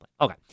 Okay